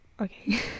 Okay